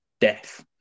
death